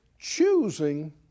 choosing